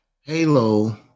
Halo